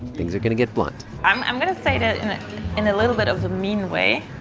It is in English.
things are going to get blunt i'm i'm going to say that in a little bit of a mean way.